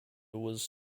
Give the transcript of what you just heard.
was